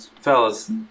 fellas